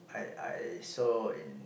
I I saw in